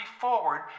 forward